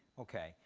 ok.